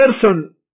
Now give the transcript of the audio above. person